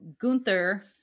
Gunther